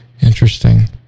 Interesting